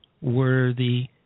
worthy